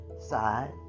side